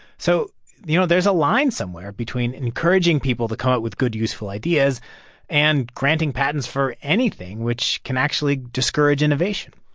so you know, there's a line somewhere between encouraging people to come up with good, useful ideas and granting patents for anything, which can actually discourage innovation